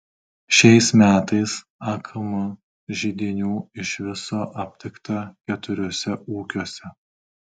šiais metais akm židinių iš viso aptikta keturiuose ūkiuose